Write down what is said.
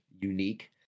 Unique